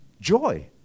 joy